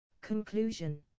Conclusion